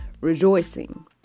rejoicing